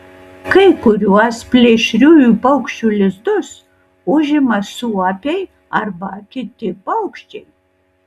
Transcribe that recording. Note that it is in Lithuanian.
kai kuriuos plėšriųjų paukščių lizdus užima suopiai arba kiti paukščiai